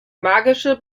magische